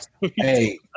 Hey